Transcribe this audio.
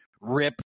rip